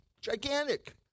gigantic